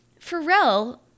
Pharrell